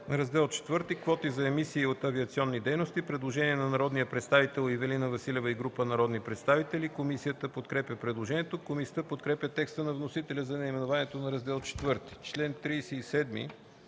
Раздел IV – „Квоти за емисии от авиационни дейности”. Предложение на народния представител Ивелина Василева и група народни представители. Комисията подкрепя предложението. Комисията подкрепя текста на вносителя за наименованието на Раздел ІV.